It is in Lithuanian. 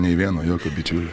nė vieno jokio bičiulio